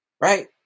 right